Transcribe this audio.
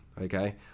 Okay